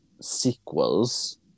sequels